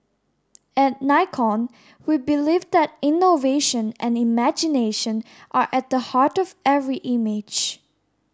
at Nikon we believe that innovation and imagination are at the heart of every image